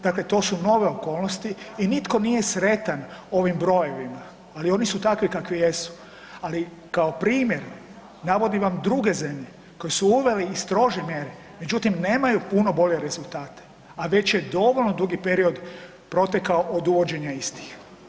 Dakle, to su nove okolnosti i nitko nije sretan ovim brojevima, ali oni su takvi kakvi jesu, ali kao primjer navodim vam druge zemlje koje su uveli i strože mjere, međutim nemaju puno bolje rezultate, a već je dovoljno dugi period protekao od uvođenja istih.